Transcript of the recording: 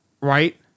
right